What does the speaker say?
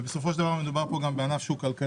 ובסופו של דבר מדובר פה גם בענף שהוא כלכלי,